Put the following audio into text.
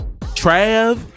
Trav